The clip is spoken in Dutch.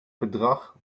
bedrag